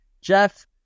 Jeff